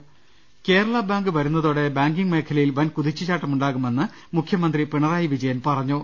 രുവെട്ടിരി കേരളബാങ്ക് വരുന്നതോടെ ബാങ്കിംഗ് മേഖലയിൽ വൻ കുതിച്ചുചാട്ട മുണ്ടാകുമെന്ന് മുഖ്യമന്ത്രി പിണറായി വിജയൻ പറഞ്ഞു